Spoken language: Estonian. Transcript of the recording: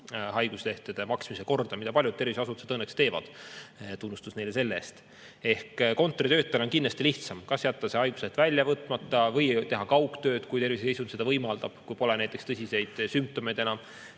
haiguslehtede maksmise korda, mida paljud tervishoiuasutused õnneks teevad. Tunnustus neile selle eest! Kontoritöötajal on kindlasti lihtsam kas jätta haigusleht välja võtmata või teha kaugtööd, kui terviseseisund seda võimaldab, kui pole näiteks enam tõsiseid sümptomeid.